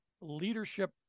leadership